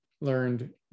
learned